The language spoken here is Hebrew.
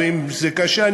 ואם זה קשה,